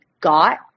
got